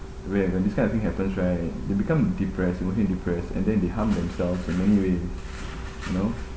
where got this kind of thing happens right they become depressed they become depressed and then the harm themselves in many way you know